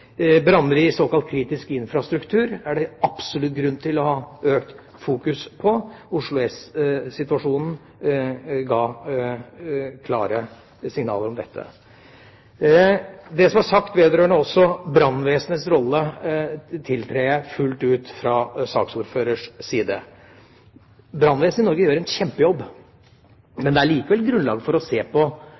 Branner i såkalt kritisk infrastruktur er det absolutt grunn til å ha økt fokus på. Oslo S-situasjonen ga klare signaler om dette. Det som er sagt vedrørende brannvesenets rolle fra saksordførerens side, tiltrer jeg fullt ut. Brannvesenet i Norge gjør en kjempejobb. Men det er likevel grunnlag for å se på